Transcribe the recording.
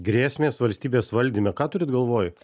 grėsmės valstybės valdyme ką turit galvoj